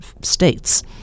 states